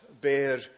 bear